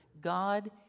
God